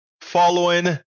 following